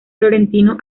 florentino